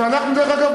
דרך אגב,